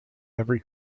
every